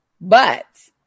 but-